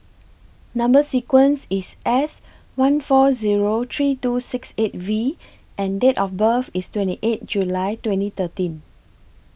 Number sequence IS S one four Zero three two six eight V and Date of birth IS twenty eight July twenty thirteen